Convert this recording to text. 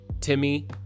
Timmy